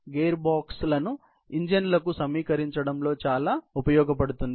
gear బాక్సులను ఇంజిన్లకు సమీకరించడం లో చాలా ఉపయోగపడుతుంది